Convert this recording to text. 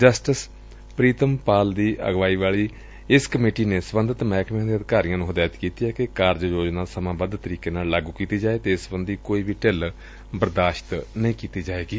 justice Pritam Pal ਦੀ ਅਗਵਾਈ ਵਾਲੀ ਏਸ ਕਮੇਟੀ ਨੇ ਸਬੰਧਤ ਮਹਿਕਮਿਆਂ ਦੇ ਅਧਿਕਾਰੀਆਂ ਨੂੰ ਹਦਾਇਤ ਕੀਤੀ ਏ ਕਿ ਕਾਰਜਯੋਜਨਾ ਸਮਾਬੱਧ ਤਰੀਕੇ ਨਾਲ ਲਾਗੁ ਕੀਤੀ ਜਾਏ ਅਤੇ ਇਸ ਸਬੰਧੀ ਕੋਈ ਵੀ ਢਿੱਲ ਬਰਦਾਸ਼ਤ ਨਹੀਂ ਕੀਤੀ ਜਾਏਗੀ